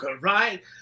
right